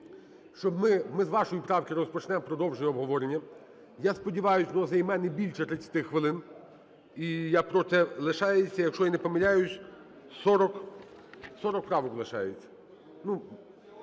ми з вашої правки розпочнемо, продовжимо обговорення. Я сподіваюсь, то займе не більше 30 хвилин. І я… лишається, якщо я не помиляюсь, 40 правок лишається.